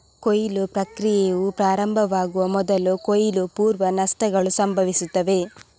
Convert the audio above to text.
ಕೊಯ್ಲು ಪ್ರಕ್ರಿಯೆಯು ಪ್ರಾರಂಭವಾಗುವ ಮೊದಲು ಕೊಯ್ಲು ಪೂರ್ವ ನಷ್ಟಗಳು ಸಂಭವಿಸುತ್ತವೆ